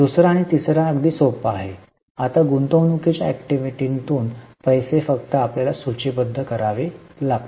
दुसरा आणि तिसरा अगदी सोपा आहे आता गुंतवणूकीच्या ऍक्टिव्हिटीातून पैसे फक्त आपल्याला सूचीबद्ध करावे लागतात